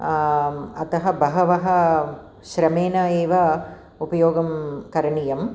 अतः बहवः श्रमेण एव उपयोगं करणीयं